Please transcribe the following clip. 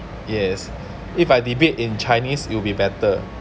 yes if I debate in chinese it'll be better